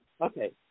Okay